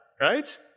right